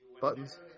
buttons